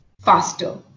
faster